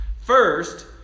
First